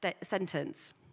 sentence